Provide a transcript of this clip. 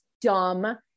dumb